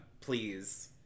Please